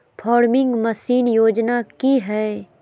Farming machine योजना कि हैय?